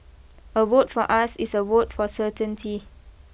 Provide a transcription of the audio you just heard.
a vote for us is a vote for certainty